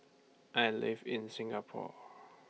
I live in Singapore